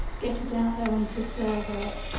get it out there onto a server,